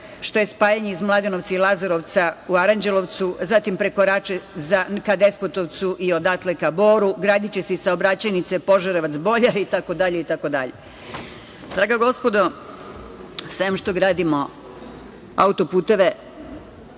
što je spajanje iz Mladenovca i Lazarevca u Aranđelovcu, zatim preko Rače ka Despotovcu i odatle ka Boru. Gradiće se i saobraćajnice Požarevac-Boljari itd, itd. Draga gospodo, sem što gradimo autoputeve,